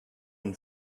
une